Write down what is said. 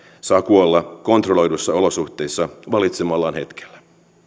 saa kuolla kontrolloiduissa olosuhteissa valitsemallaan hetkellä